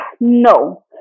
no